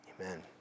Amen